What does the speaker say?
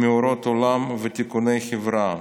מאורעות עולם ותיקוני חברה,